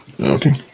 Okay